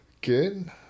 Good